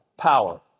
power